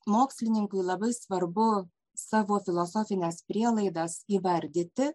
mokslininkui labai svarbu savo filosofines prielaidas įvardyti